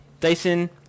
dyson